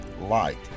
light